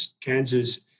Kansas